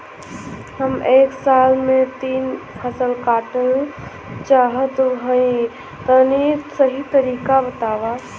हम एक साल में तीन फसल काटल चाहत हइं तनि सही तरीका बतावा?